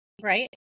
Right